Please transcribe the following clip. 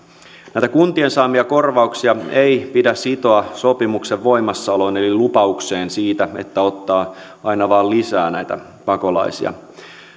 näitä kuntien saamia korvauksia ei pidä sitoa sopimuksen voimassaoloon eli lupaukseen siitä että ottaa aina vain lisää näitä pakolaisia